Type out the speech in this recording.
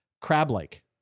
Crab-like